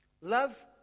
Love